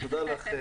מברוק.